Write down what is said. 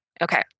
okay